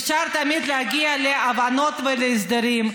אפשר תמיד להגיע להבנות ולהסדרים.